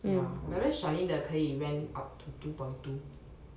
ya whereas charlene 的可以 rent up to two point two